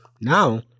Now